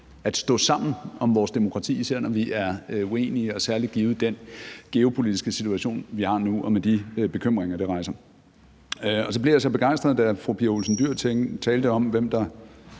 at stå sammen om vores demokrati, især når vi er uenige, og særlig givet den geopolitiske situation, vi har nu, og de bekymringer, det rejser. Så blev jeg så begejstret, da fru Pia Olsen Dyhr talte om, hvem der